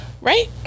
Right